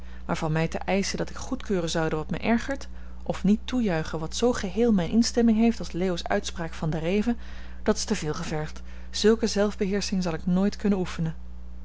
maar van mij te eischen dat ik goedkeuren zoude wat mij ergert of niet toejuichen wat zoo geheel mijne instemming heeft als leo's uitspraak van daareven dat is te veel gevergd zulke zelfbeheersching zal ik nooit kunnen oefenen